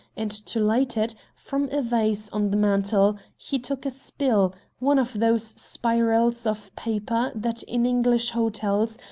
and to light it, from a vase on the mantel he took a spill, one of those spirals of paper that in english hotels,